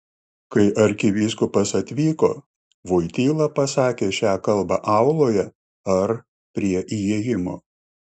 kai arkivyskupas atvyko voityla pasakė šią kalbą auloje ar prie įėjimo